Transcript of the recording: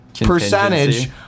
percentage